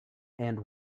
and